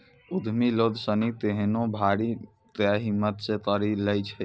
उद्यमि लोग सनी केहनो भारी कै हिम्मत से करी लै छै